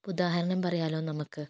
ഉദാഹരണം പറയാമല്ലോ നമുക്ക്